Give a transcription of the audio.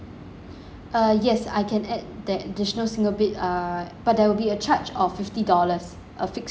uh yes I can add the additional single bed err but there will be a charge of fifty dollars a fix charge